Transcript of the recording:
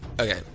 okay